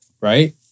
Right